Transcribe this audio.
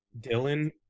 Dylan